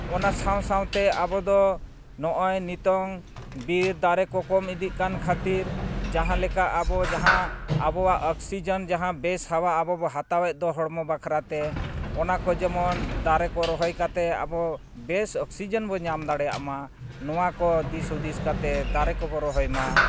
ᱚᱱᱟ ᱥᱟᱶ ᱥᱟᱶᱛᱮ ᱟᱵᱚᱫᱚ ᱱᱚᱜᱼᱚᱭ ᱱᱤᱛᱚᱜ ᱵᱤᱨ ᱫᱟᱨᱮ ᱠᱚ ᱠᱚᱢ ᱤᱫᱤᱜ ᱠᱟᱱ ᱠᱷᱟᱹᱛᱤᱨ ᱡᱟᱦᱟᱸᱞᱮᱠᱟ ᱟᱵᱚ ᱡᱟᱦᱟᱸ ᱟᱵᱚᱣᱟᱜ ᱚᱠᱥᱤᱡᱮ ᱡᱟᱦᱟᱸ ᱵᱮᱥ ᱦᱟᱣᱟ ᱟᱵᱚᱵᱚᱱ ᱦᱟᱛᱟᱣᱮᱜ ᱫᱚ ᱦᱚᱲᱢᱚ ᱵᱟᱠᱷᱨᱟᱛᱮ ᱚᱱᱟ ᱠᱚ ᱡᱮᱢᱚᱱ ᱫᱟᱨᱮ ᱠᱚ ᱨᱚᱦᱚᱭ ᱠᱟᱛᱮᱫ ᱟᱵᱚ ᱵᱮᱥ ᱚᱠᱥᱤᱡᱮᱱ ᱵᱚᱱ ᱧᱟᱢ ᱫᱟᱲᱮᱭᱟᱜᱼᱢᱟ ᱱᱚᱣᱟ ᱠᱚ ᱫᱤᱥ ᱦᱩᱫᱤᱥ ᱠᱟᱛᱮᱫ ᱫᱟᱨᱮ ᱠᱚᱵᱚᱱ ᱨᱚᱦᱚᱭᱼᱢᱟ